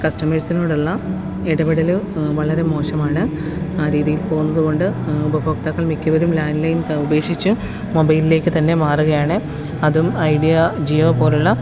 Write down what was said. കസ്റ്റമേസിനോടുള്ള ഇടപെടൽ വളരെ മോശമാണ് ആ രീതിയില് പോവുന്നത് കൊണ്ട് ഉപഭോക്താക്കള് മിക്കവരും ലാന്ലൈന് ഉപേക്ഷിച്ച് മൊബൈലിലേക്ക് തന്നെ മാറുകയാണ് അതും ഐഡിയാ ജിയോ പോലുള്ള